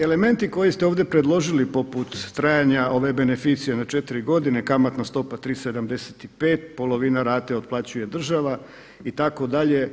Elementi koje ste ovdje predložili poput trajanja ove beneficije na četiri godine, kamatna stopa 3,75, polovina rate otplaćuje država itd.